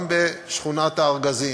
גם בשכונת-הארגזים,